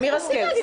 אמיר השכל,